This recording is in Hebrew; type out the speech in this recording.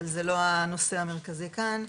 אבל זה לא הנושא המרכזי כאן.